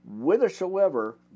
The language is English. whithersoever